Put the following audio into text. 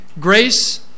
grace